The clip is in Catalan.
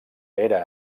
era